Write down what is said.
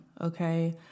okay